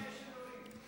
זאת ההוכחה שיש אלוהים.